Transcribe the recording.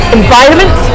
environment